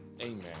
Amen